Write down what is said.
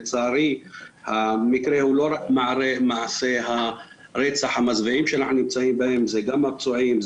לצערי זה לא רק מעשי הרצח המזוויעים שאנחנו חווים זה גם הפצועים,